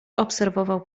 obserwował